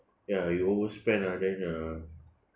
ya you overspend ah then uh